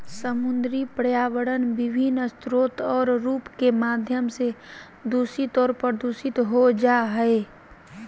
समुद्री पर्यावरण विभिन्न स्रोत और रूप के माध्यम से दूषित और प्रदूषित हो जाय हइ